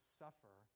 suffer